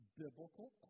biblical